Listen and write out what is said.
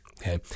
Okay